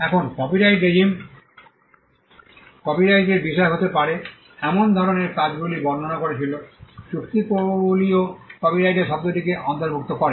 এখন copyright regime কপিরাইটের বিষয় হতে পারে এমন ধরণের কাজগুলি বর্ণনা করেছিল চুক্তিগুলিও কপিরাইটের শব্দটিকে অন্তর্ভুক্ত করে